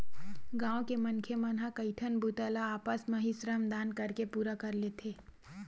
गाँव के मनखे मन ह कइठन बूता ल आपस म ही श्रम दान करके पूरा कर लेथे